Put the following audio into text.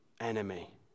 enemy